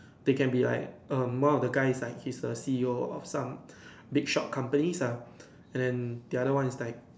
they can be like um one of the guy is the C_E_O of some big shot companies lah and then the other one is like